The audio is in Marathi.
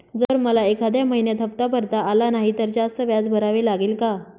जर मला एखाद्या महिन्यात हफ्ता भरता आला नाही तर जास्त व्याज भरावे लागेल का?